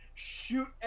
Shoot